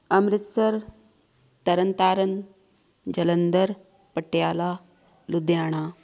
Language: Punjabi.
ਅੰਮ੍ਰਿਤਸਰ ਤਰਨਤਾਰਨ ਜਲੰਧਰ ਪਟਿਆਲਾ ਲੁਧਿਆਣਾ